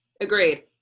Agreed